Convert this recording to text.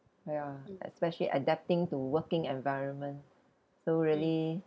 ya especially adapting to working environment so really